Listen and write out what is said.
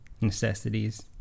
necessities